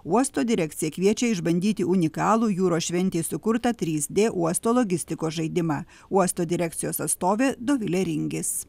uosto direkcija kviečia išbandyti unikalų jūros šventei sukurtą trys d uosto logistikos žaidimą uosto direkcijos atstovė dovilė ringis